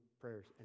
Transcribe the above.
prayers